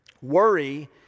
Worry